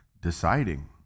Deciding